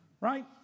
right